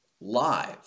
live